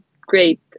great